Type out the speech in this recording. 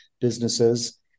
businesses